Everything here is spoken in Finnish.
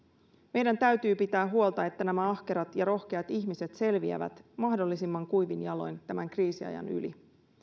meidän täytyy pitää huolta siitä että nämä ahkerat ja rohkeat ihmiset selviävät mahdollisimman kuivin jaloin tämän kriisiajan yli